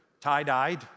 tie-dyed